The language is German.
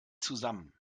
zusammen